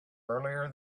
earlier